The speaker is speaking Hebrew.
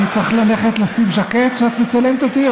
אני צריך לשים ז'קט כשאת מצלמת אותי,